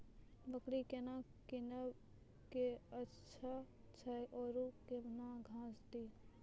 बकरी केना कीनब केअचछ छ औरू के न घास दी?